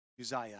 Uzziah